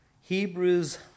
Hebrews